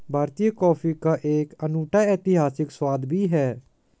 भारतीय कॉफी का एक अनूठा ऐतिहासिक स्वाद भी है